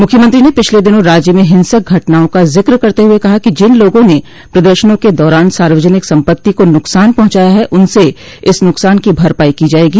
मुख्यमंत्री ने पिछले दिनों राज्य में हिंसक घटनाओं का जिक करते हुए कहा कि जिन लोगों ने प्रदर्शनों के दौरान सार्वजनिक संपत्ति का नुकसान पहुंचाया है उनसे इस नुकसान की भरपाई की जायेगी